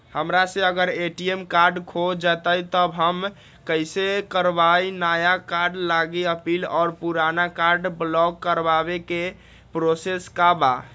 हमरा से अगर ए.टी.एम कार्ड खो जतई तब हम कईसे करवाई नया कार्ड लागी अपील और पुराना कार्ड ब्लॉक करावे के प्रोसेस का बा?